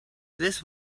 this